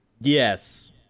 Yes